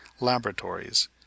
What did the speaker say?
laboratories